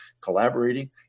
collaborating